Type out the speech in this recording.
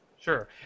sure